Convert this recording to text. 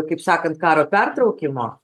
kaip sakant karo pertraukimo